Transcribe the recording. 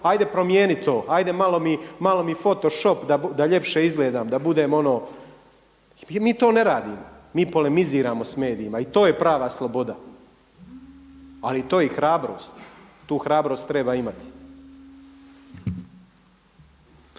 ajde promijeni to, ajde malo mi foto shop da ljepše izgledam, da budem ono, mi to ne radimo, mi polemiziramo s medijima i to je prava sloboda, ali to je i hrabrost. Tu hrabrost treba imati.